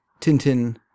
Tintin